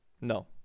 No